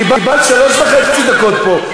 קיבלת שלוש וחצי דקות פה,